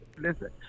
Listen